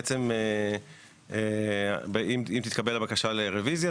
בעצם אם תתקבל הבקשה לרוויזיה,